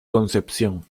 concepción